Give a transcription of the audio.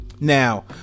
Now